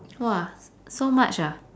!wah! s~ so much ah